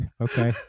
Okay